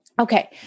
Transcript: Okay